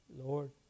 Lord